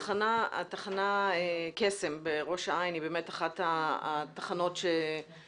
תחנה קסם בראש העין היא באמת אחת התחנות שמאחדת